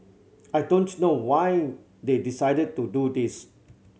I don't know why they decided to do this